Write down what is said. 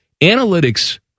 Analytics